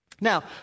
Now